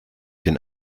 den